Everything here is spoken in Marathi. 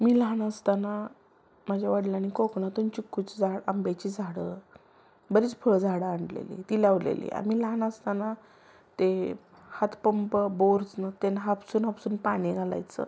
मी लहान असताना माझ्या वडलांनी कोकणातून चिक्कुचं झाड आंब्याची झाडं बरीच फळझाडं आणलेली ती लावलेली आम्ही लहान असताना ते हातपंप बोर तेनं हापसून हापसून पाणी घालायचं